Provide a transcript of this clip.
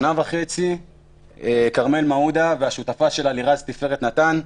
שנה וחצי כרמל מעודה והשותפה שלה לירז תפארת נתן,